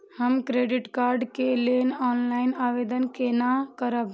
हम credit card के लेल ऑनलाइन आवेदन केना करब?